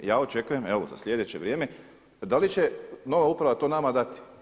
Ja očekujem evo za sljedeće vrijeme da li će nova uprava to nama dati.